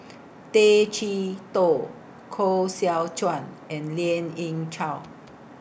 Tay Chee Toh Koh Seow Chuan and Lien Ying Chow